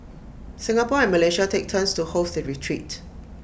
Singapore and Malaysia take turns to host the retreat